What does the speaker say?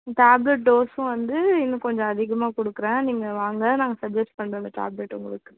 tablet டோஸ்ஸும் வந்து இன்னும் கொஞ்சம் அதிகமாக கொடுக்குறேன் நீங்கள் வாங்க நான் சஜ்ஜஸ்ட் பண்ணுறேன் அந்த டேப்லெட் உங்களுக்கு